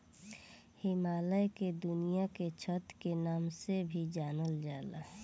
हिमालय के दुनिया के छत के नाम से भी जानल जाला